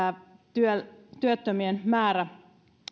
työttömien määrä